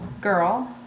girl